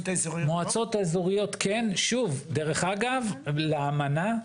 אנחנו משתתפים כחברים כמדינה פעילה באמנה,